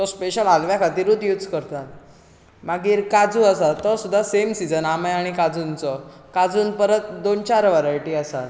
तो स्पेशल हालव्या खातीरच यूज करतात मागीर काजू आसा तो सुद्दां सेम सिझन आंबे आनी काजूंचो काजूंत परत दोन चार वरायटी आसा